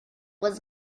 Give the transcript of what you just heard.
was